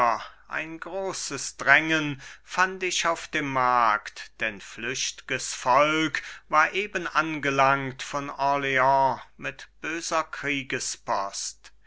ein großes drängen fand ich auf dem markt denn flüchtges volk war eben angelangt von orleans mit böser